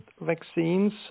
vaccines